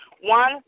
one